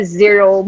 zero